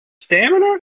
stamina